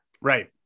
Right